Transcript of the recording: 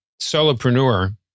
solopreneur